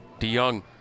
DeYoung